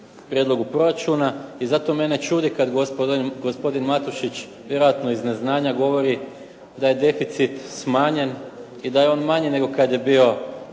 prijedlog proračuna i zato mene čudi kad gospodin Matušić, vjerojatno iz neznanja, govori da je deficit smanjen i da je on manji nego kad je bila